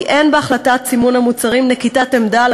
כי אין בהחלטת סימון המוצרים נקיטת עמדה על